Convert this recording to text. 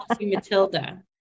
Matilda